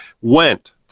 went